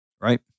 Right